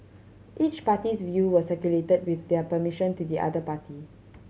each party's view were circulated with their permission to the other party